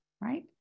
right